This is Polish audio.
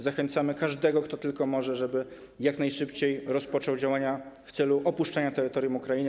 Zachęcamy każdego, kto tylko może, żeby jak najszybciej rozpoczął działania w celu opuszczenia terytorium Ukrainy.